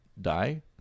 die